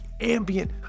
ambient